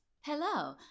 Hello